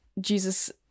Jesus